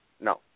No